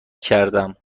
کردم